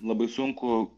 labai sunku